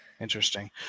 interesting